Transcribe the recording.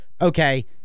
okay